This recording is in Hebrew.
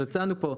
אז הצענו פה.